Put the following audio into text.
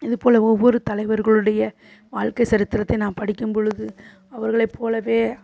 இதுபோல ஒவ்வொரு தலைவர்களுடைய வாழ்க்கை சரித்திரத்தை நாம் படிக்கும்பொழுது அவர்களைப் போலவே